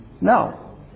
No